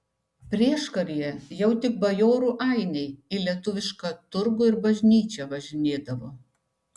prieškaryje jau tik bajorų ainiai į lietuvišką turgų ir bažnyčią važinėdavo